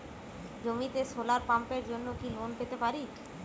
জমিতে সোলার পাম্পের জন্য কি লোন পেতে পারি?